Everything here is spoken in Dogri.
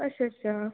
अच्छा अच्छा